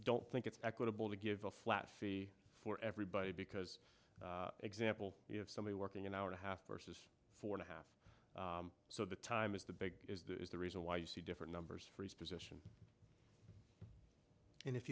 don't think it's equitable to give a flat fee for everybody because example you have somebody working an hour and a half versus four and a half so the time is the big is the reason why you see different numbers for his position and if